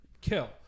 kill